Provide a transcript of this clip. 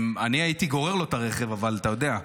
אני הייתי גורר לו את הרכב, אבל אתה יודע,